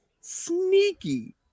Sneaky